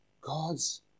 God's